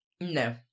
No